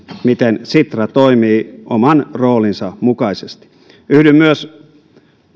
miten sitra toimii oman roolinsa mukaisesti yhdyn myös